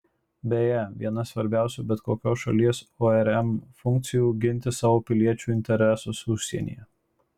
beje viena svarbesnių bet kokios šalies urm funkcijų ginti savo piliečių interesus užsienyje